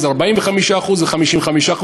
45% ו-55%,